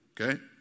okay